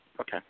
Okay